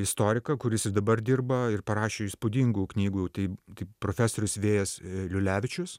istoriką kuris jis dabar dirba ir parašė įspūdingų knygų tai tai profesorius vėjas liulevičius